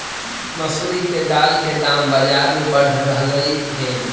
मसूरी के दाल के दाम बजार में बढ़ रहलई हे